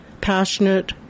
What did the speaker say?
passionate